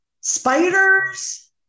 Spiders